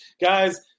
guys